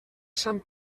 sant